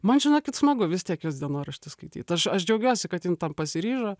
man žinokit smagu vis tiek jos dienoraštį skaityt aš aš džiaugiuosi kad jin tam pasiryžo